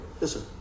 Listen